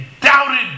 doubted